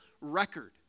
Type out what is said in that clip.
record